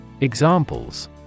Examples